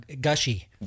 gushy